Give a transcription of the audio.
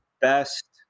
best